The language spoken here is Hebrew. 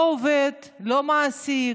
לא העובד, לא המעסיק,